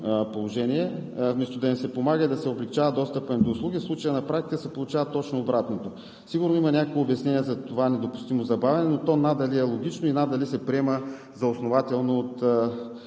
положение. Вместо да им се помага и да се облекчава достъпът им до услуги, в случая на практика се получава точно обратното. Сигурно има някакво обяснение за това недопустимо забавяне, но то надали е логично и надали се приема за основателно от